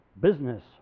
Business